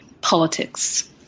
politics